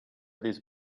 these